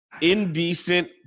indecent